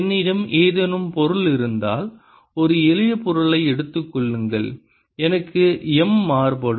என்னிடம் ஏதேனும் பொருள் இருந்தால் ஒரு எளிய பொருளை எடுத்துக் கொள்ளுங்கள் எனக்கு M மாறுபடும்